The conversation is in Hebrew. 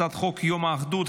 הצעת חוק יום האחדות,